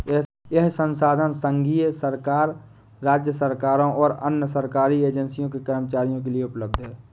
यह संसाधन संघीय सरकार, राज्य सरकारों और अन्य सरकारी एजेंसियों के कर्मचारियों के लिए उपलब्ध है